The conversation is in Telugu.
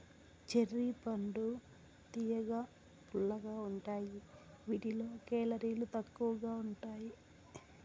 చెర్రీ పండ్లు తియ్యగా, పుల్లగా ఉంటాయి వీటిలో కేలరీలు తక్కువగా ఉంటాయి